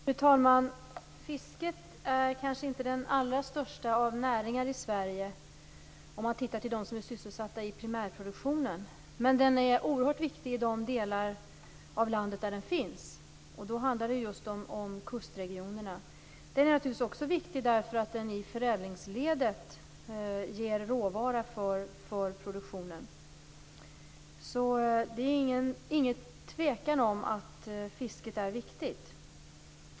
Fru talman! Fisket är kanske inte den allra största av näringar i Sverige om man tittar på dem som är sysselsatta i primärproduktionen, men det är en näring som är oerhört viktig i de delar av landet där den finns. Då handlar det just om kustregionerna. Den är också viktig därför att den i förädlingsledet ger råvara för produktionen. Det råder alltså inget tvivel om att fisket är viktigt.